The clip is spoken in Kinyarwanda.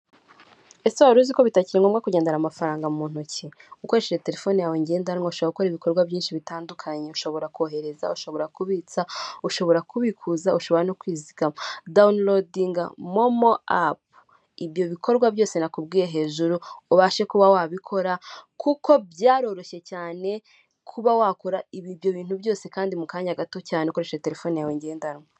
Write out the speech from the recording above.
Ese wari uzi ko bitakiri ngombwa kugendana amafaranga mu ntoki? Ukoresheje telefone yawe ngendanwa ushaka gukora ibikorwa byinshi bitandukanye, ushobora kohereza, ushobora kubitsa, ushobora kubikuza, ushobora no kwizigama. Dawunirodinga momo apu, ibyo bikorwa byose nakubwiye hejuru, ubashe kuba wabikora kuko byaroroshye cyane kuba wakora ibyo bintu byose kandi mu kanya gato cyane, ukoresheje telefone yawe ngendanwa.